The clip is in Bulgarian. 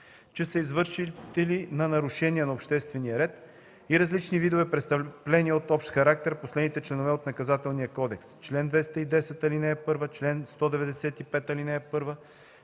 че са извършители на нарушения на обществения ред и различни видове престъпления от общ характер по следните членове от Наказателния кодекс: чл. 210, ал. 1; чл. 195, ал. 1; чл. 143,